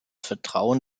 vertrauen